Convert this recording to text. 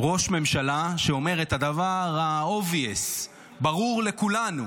ראש ממשלה שאומר את הדבר ה-obvious, הברור לכולנו,